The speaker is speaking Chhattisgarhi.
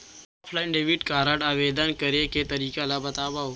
ऑफलाइन डेबिट कारड आवेदन करे के तरीका ल बतावव?